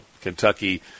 Kentucky